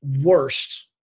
worst